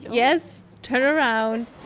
yes. turn around.